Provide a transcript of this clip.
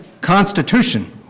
Constitution